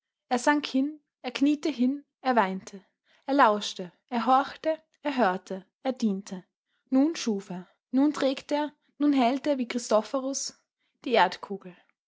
er sank hin er kniete hin er weinte er lauschte er horchte er hörte er diente nun schuf er nun trägt er nun hält er wie christophorus die erdkugel